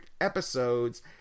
episodes